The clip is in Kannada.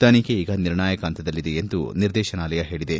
ತನಿಖೆ ಈಗ ನಿರ್ಣಾಯಕ ಹಂತದಲ್ಲಿದೆ ಎಂದು ನಿರ್ದೇಶನಾಲಯ ಹೇಳಿದೆ